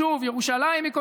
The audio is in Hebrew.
שוב, ירושלים היא קונסנזוס,